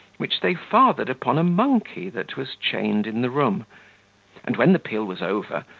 which they fathered upon a monkey that was chained in the room and, when the peal was over,